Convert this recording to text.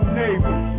neighbors